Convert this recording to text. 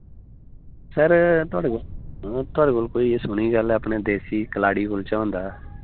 sir थोआढ़े कोल थोआढ़े कोल कोई सुनी गल्ल अपने देसी कलाड़ी कुलचा होंदा ऐ